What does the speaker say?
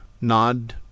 nod